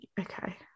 Okay